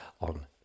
on